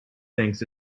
thinks